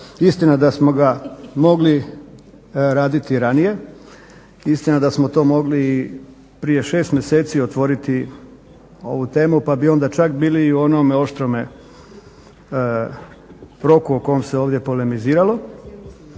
Istina da smo ga mogli raditi i ranije, istina da smo to mogli i prije 6 mjeseci otvoriti ovu temu pa bi onda čak bili i u onome oštrome roku o kom se ovdje polemiziralo.